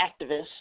activists